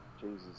Jesus